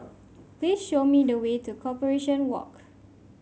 please show me the way to Corporation Walk